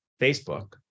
Facebook